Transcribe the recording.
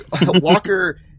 Walker